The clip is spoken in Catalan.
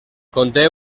conté